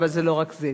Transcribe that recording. אבל זה לא רק זה.